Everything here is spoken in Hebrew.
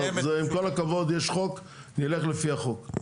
זה, עם כל הכבוד, יש חוק, נלך לפי החוק.